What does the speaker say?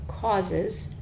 causes